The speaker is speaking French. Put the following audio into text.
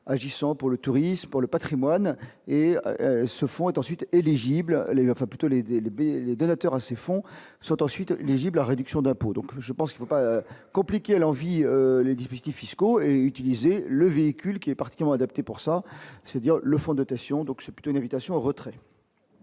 agissant pour le tourisme pour le Patrimoine et ce fonds est ensuite éligibles les, enfin plutôt l'aider les bébés, les donateurs à ces fonds sont ensuite lisible à réduction d'impôts donc je pense qu'il faut pas compliqué à l'envi l'édifice qui fiscaux et utiliser le véhicule qui est parti en adapté pour ça, c'est dire le fond dotation, donc c'est plutôt une invitation au retrait.